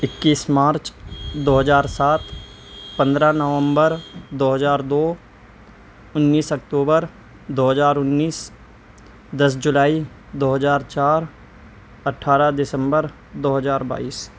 اکیس مارچ دو ہزار سات پندرہ نومبر دو ہزار دو انیس اکتوبر دو ہزار انیس دس جولائی دو ہزار چار اٹھارہ دسمبر دو ہزار بائیس